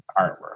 artwork